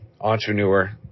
entrepreneur